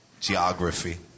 geography